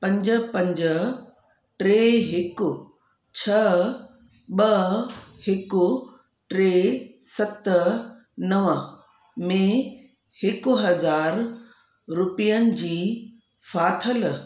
पंज पंज टे हिकु छह ॿ हिकु टे सत नव में हिकु हज़ारु रुपयनि जी फाथलु